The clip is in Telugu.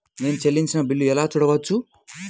నేను చెల్లించిన బిల్లు ఎలా చూడవచ్చు?